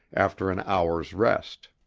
after an hour's rest.